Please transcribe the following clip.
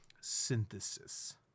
synthesis